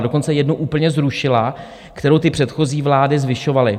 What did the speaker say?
Dokonce jednu úplně zrušila, kterou ty předchozí vlády zvyšovaly.